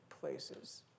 places